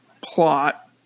plot